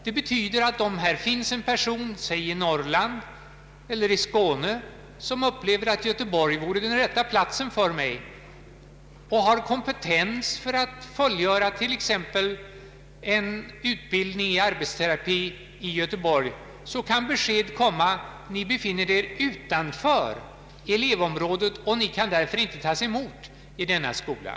Om det alltså finns en person i t.ex. Norrland eller Skåne, som upplever att Göteborg vore den bästa platsen för honom och har kompetens att fullfölja en utbildning i arbetsterapi i Göteborg, kan besked komma att han befinner sig utanför elevområdet och därför inte kan tas emot i denna skola.